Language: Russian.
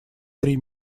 три